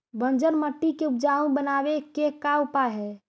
बंजर मट्टी के उपजाऊ बनाबे के का उपाय है?